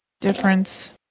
difference